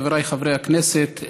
חבריי חברי הכנסת,